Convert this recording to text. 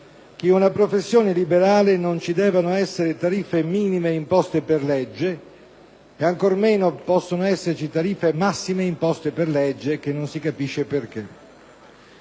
che per una professione liberale non ci debba essere tariffe minime imposte per legge, e ancora meno possano esserci tariffe massime imposte per legge, e di cui non